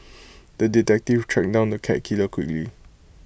the detective tracked down the cat killer quickly